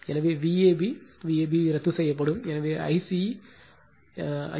எனவே Vab Vab ரத்து செய்யப்படும் எனவே ஐ